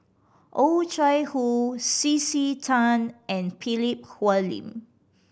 Oh Chai Hoo C C Tan and Philip Hoalim